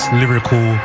lyrical